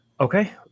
Okay